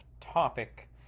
topic